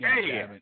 Hey